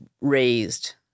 raised